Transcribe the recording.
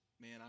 man